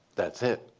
that's it.